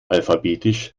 alphabetisch